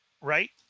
right